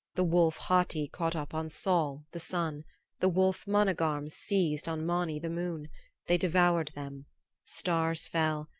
the wolf hati caught up on sol, the sun the wolf managarm seized on mani, the moon they devoured them stars fell,